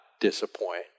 disappoint